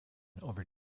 over